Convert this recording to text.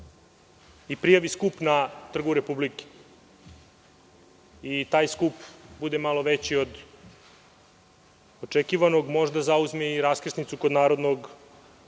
i prijavi skup na Trgu Republike i taj skup bude malo veći od očekivanog, možda zauzme i raskrsnicu kod Narodnog